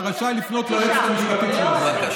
אתה רשאי לפנות ליועצת המשפטית של הוועדה.